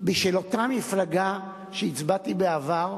בשביל אותה מפלגה שהצבעתי לה בעבר,